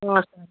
okay